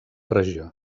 regió